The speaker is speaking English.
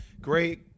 great